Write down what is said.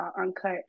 uncut